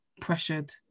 pressured